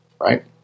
right